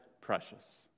precious